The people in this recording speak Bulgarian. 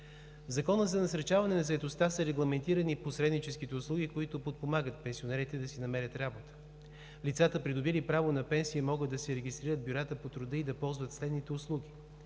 В Закона за насърчаване на заетостта са регламентирани посредническите услуги, които подпомагат пенсионерите да си намерят работа. Лицата, придобили право на пенсия, могат да се регистрират в бюрата по труда и да ползват следните услуги: